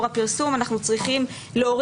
אנחנו צריכים לאתר את מקור הפרסום,